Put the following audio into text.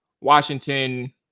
washington